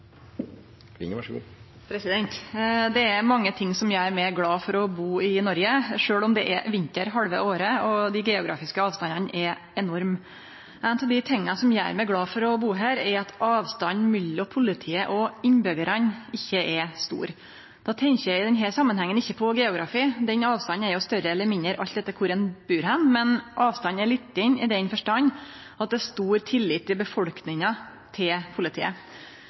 Det er mange ting som gjer meg glad for å bu i Noreg, sjølv om det er vinter halve året og dei geografiske avstandane er enorme. Ein av dei tinga som gjer meg glad for å bu her, er at avstanden mellom politiet og innbyggjarane ikkje er stor. Då tenkjer eg i denne samanhengen ikkje på geografi, den avstanden er jo større eller mindre alt etter kor ein bur. Men avstanden er liten i den forstand at det er stor tillit i befolkninga til politiet.